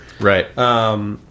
Right